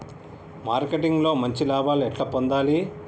Marketing లో మంచి లాభాల్ని ఎట్లా పొందాలి?